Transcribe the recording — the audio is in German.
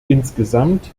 insgesamt